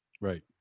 Right